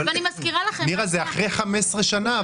אבל זה אחרי 15 שנים.